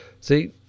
See